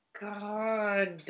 god